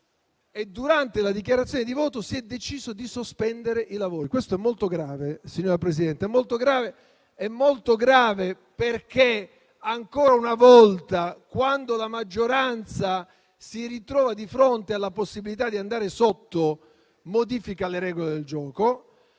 e durante le dichiarazioni di voto si è deciso di sospendere i lavori. Questo è molto grave, signora Presidente, perché ancora una volta, quando la maggioranza si ritrova di fronte alla possibilità di andare sotto, modifica le regole del gioco.